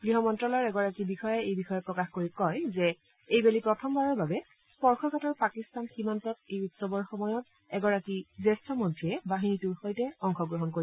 গৃহ মন্ত্ৰালয়ৰ এগৰাকী বিষয়াই এই বিষয়ে প্ৰকাশ কৰি কয় যে এইবেলি প্ৰথমবাৰৰ বাবে স্পৰ্শকাতৰ পাকিস্তান সীমান্তত এই উৎসৱৰ সময়ত এগৰাকী জ্যেষ্ঠ মন্ত্ৰীয়ে বাহিনীটোৰ সৈতে অংশগ্ৰহণ কৰিব